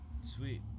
Sweet